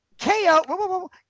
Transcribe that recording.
Ko